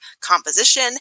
composition